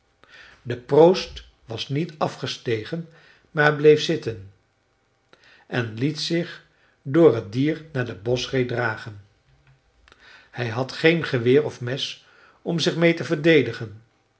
de proost was niet afgestegen maar bleef zitten en liet zich door het dier naar de boschree dragen hij had geen geweer of mes om zich mee te verdedigen